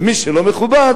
ומי שלא מכובד,